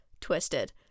twisted